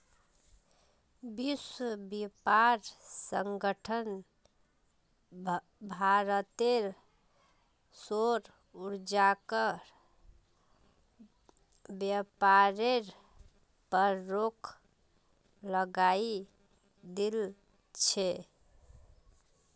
विश्व व्यापार संगठन भारतेर सौर ऊर्जाक व्यापारेर पर रोक लगई दिल छेक